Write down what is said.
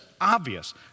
obvious